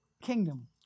kingdom